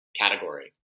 category